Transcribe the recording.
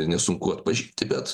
nesunku atpažinti bet